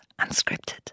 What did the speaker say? Unscripted